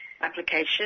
application